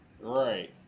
Right